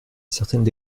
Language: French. certaines